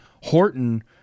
Horton